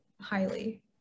highly